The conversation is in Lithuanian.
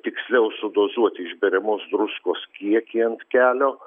tiksliau sudozuoti išberiamos druskos kiekį ant kelio